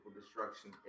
Destruction